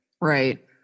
Right